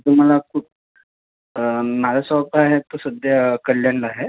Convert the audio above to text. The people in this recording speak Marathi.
तुम्हाला कुठं माझं सॉप आहे आता सध्या कल्याणला आहे